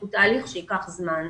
הוא תהליך שיארך זמן.